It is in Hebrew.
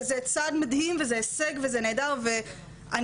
זה צעד מדהים וזה הישג וזה נהדר ואני